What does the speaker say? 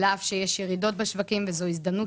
על אף שיש ירידות בשווקים וזאת הזדמנות